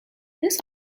this